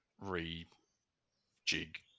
re-jig